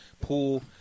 Pool